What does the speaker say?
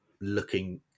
looking